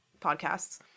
podcasts